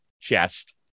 chest